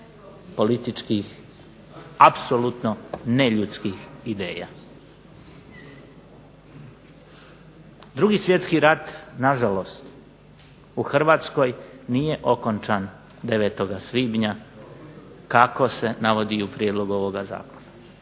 političkih, apsolutno neljudskih ideja. Drugi svjetski rat nažalost u Hrvatskoj nije okončan 9. svibnja kako se navodi u prijedlogu ovoga zakona